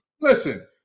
Listen